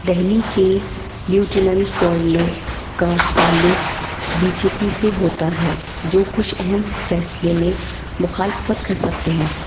دہلی کے lieutenant governor کا تعلق بی جے پی سے ہوتا ہے جو کچھ اہم فیصلے میں مخالفت کر سکتے ہیں